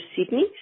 Sydney